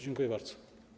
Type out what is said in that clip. Dziękuję bardzo.